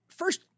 First